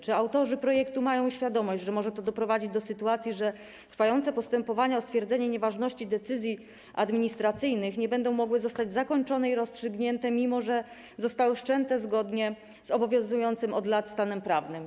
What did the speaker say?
Czy autorzy projektu mają świadomość, że może to doprowadzić do takiej sytuacji, że trwające postępowania o stwierdzenie nieważności decyzji administracyjnych nie będą mogły zostać zakończone i rozstrzygnięte, mimo że zostały wszczęte zgodnie z obowiązującym od lat stanem prawnym?